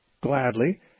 gladly